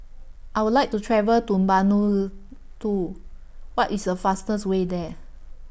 I Would like to travel to Vanuatu What IS The fastest Way There